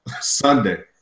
Sunday